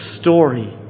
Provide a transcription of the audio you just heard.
story